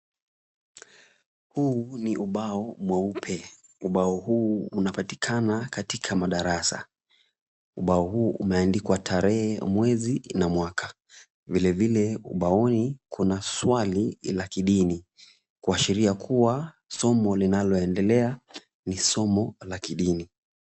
Huu ni ubao mweupe. Ubao huu unapatikana katika madarasa. Ubao huu umeandikwa tarehe, mwezi na mwaka. Vilevile ubaoni kuna swali la kidini kuashiria kuwa somo linaloendelea ni somo la kidini.